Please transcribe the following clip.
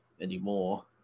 anymore